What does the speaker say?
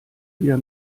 wieder